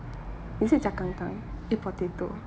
is it jiak kan tang eat potato